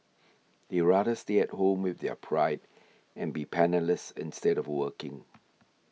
they rather stay at home with their pride and be penniless instead of working